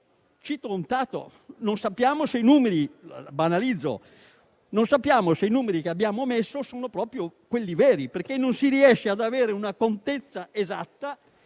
banalizzando, non sappiamo se i numeri che abbiamo indicato sono proprio quelli veri, perché non si riesce ad avere contezza esatta